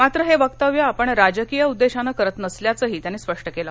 मात्र हे वक्तव्य आपण राजकीय उद्देशानं करत नसल्याचंही त्यांनी स्पष्ट केलं